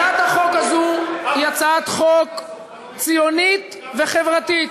הצעת החוק הזו היא הצעת חוק ציונית וחברתית,